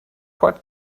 quite